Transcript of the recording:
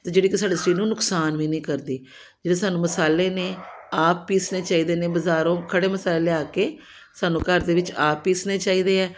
ਅਤੇ ਜਿਹੜੀ ਕਿ ਸਾਡੇ ਸਰੀਰ ਨੂੰ ਨੁਕਸਾਨ ਵੀ ਨਹੀਂ ਕਰਦੀ ਜਿਹੜੇ ਸਾਨੂੰ ਮਸਾਲੇ ਨੇ ਆਪ ਪੀਸਣੇ ਚਾਹੀਦੇ ਨੇ ਬਾਜ਼ਾਰੋਂ ਖੜ੍ਹੇ ਮਸਾਲੇ ਲਿਆ ਕੇ ਸਾਨੂੰ ਘਰ ਦੇ ਵਿੱਚ ਆਪ ਪੀਸਣੇ ਚਾਹੀਦੇ ਹੈ